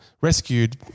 rescued